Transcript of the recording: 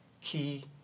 key